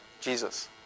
Jesus